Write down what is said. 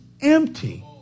empty